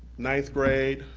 ninth grade,